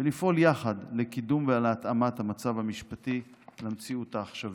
ולפעול יחד לקידום ולהתאמת המצב המשפטי במציאות העכשווית.